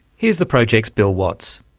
here's the project's bill watts.